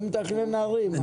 הוא מתכנן ערים.